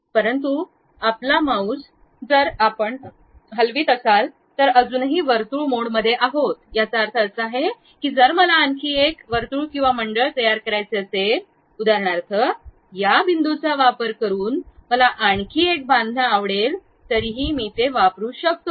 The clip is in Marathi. परंतु आपला माउस जर आपण हलवित असाल तर अजूनही वर्तुळ मोडमध्ये आहे याचा अर्थ असा आहे की जर मला आणखी एक मंडळ तयार करायचे असेल उदाहरणार्थ या बिंदूचा वापर करून मला आणखी एक बांधणे आवडेल तरीही मी ते वापरू शकतो